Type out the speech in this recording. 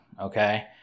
okay